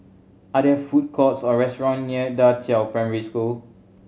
are there food courts or restaurants near Da Qiao Primary School